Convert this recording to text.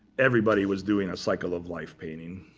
everybody was doing a cycle of life painting.